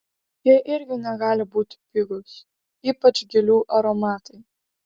jie irgi negali būti pigūs ypač gėlių aromatai